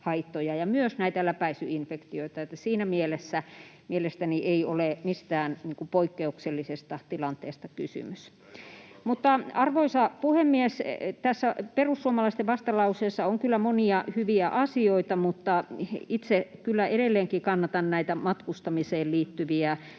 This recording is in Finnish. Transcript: ja myös näitä läpäisyinfektioita, eli siinä mielessä mielestäni ei ole mistään poikkeuksellisesta tilanteesta kysymys. Arvoisa puhemies! Tässä perussuomalaisten vastalauseessa on kyllä monia hyviä asioita, mutta itse kyllä edelleenkin kannatan näitä matkustamiseen liittyviä